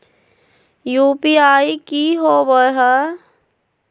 UPI की होवे हय?